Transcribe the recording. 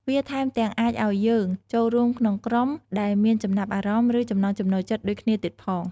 វាថែមទាំងអាចឱ្យយើងចូលរួមក្នុងក្រុមដែលមានចំណាប់អារម្មណ៍ ឬចំណង់ចំណូលចិត្តដូចគ្នាទៀតផង។